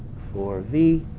for v.